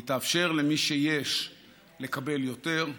היא תאפשר למי שיש לקבל יותר,